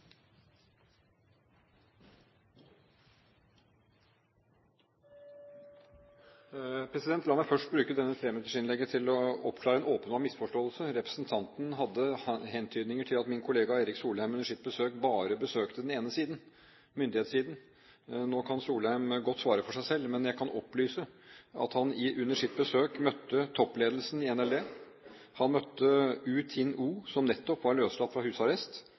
La meg først bruke dette treminuttersinnlegget til å oppklare en åpenbar misforståelse. Representanten hadde hentydninger til at min kollega Erik Solheim under sitt besøk bare besøkte den ene siden, myndighetssiden. Nå kan Solheim godt svare for seg selv, men jeg kan opplyse om at han under sitt besøk møtte toppledelsen i NLD. Han møtte U Tin Oo, som nettopp var løslatt fra husarrest,